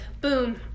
boom